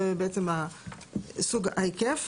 זה בעצם סוג, ההיקף.